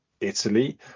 Italy